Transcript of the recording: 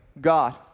God